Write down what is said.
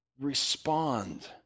Respond